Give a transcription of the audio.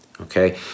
okay